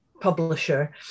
publisher